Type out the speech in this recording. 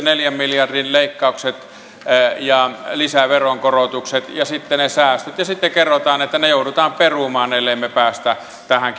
neljän miljardin leikkaukset ja lisäveronkorotukset ja sitten ne säästöt ja sitten kerrotaan että ne joudutaan perumaan ellemme me pääse tähän